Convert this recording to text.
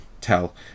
tell